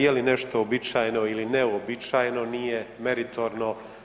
Je li nešto uobičajeno ili neuobičajeno, nije meritorno.